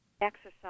exercise